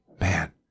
man